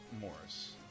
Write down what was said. Morris